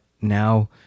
now